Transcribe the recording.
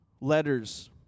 letters